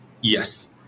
Yes